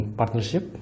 partnership